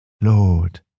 Lord